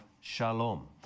shalom